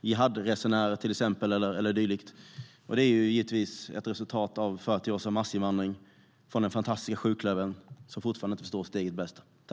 jihadresenärer eller dylikt, till exempel. Det är givetvis ett resultat av 40 års massinvandringspolitik av den fantastiska sjuklövern, som fortfarande inte förstår sitt eget bästa.